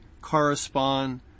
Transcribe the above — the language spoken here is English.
correspond